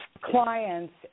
clients